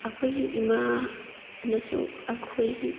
ꯑꯩꯈꯣꯏꯒꯤ ꯏꯃꯥꯅꯁꯨ ꯑꯩꯈꯣꯏꯒꯤ